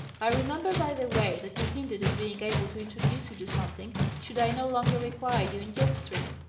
i remember, by the way, that he hinted at being able to introduce you to something, should i no longer require you in guild street.